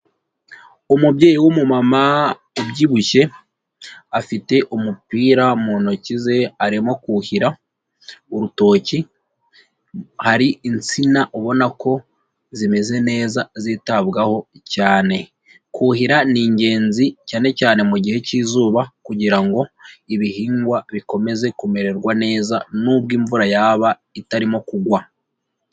Umubyeyi w'umumama ubyibushye afite umupira mu ntoki ze, arimo kuhira urutoki. Hari insina ubona ko zimeze neza zitabwaho cyane. Kuhira ni ingenzi cyane cyane mu gihe k'izuba kugira ngo ibihingwa bikomeze kumererwa neza nubwo imvura yaba itarimo kugwa.